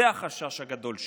זה החשש הגדול שלי,